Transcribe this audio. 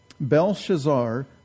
Belshazzar